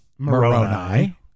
Moroni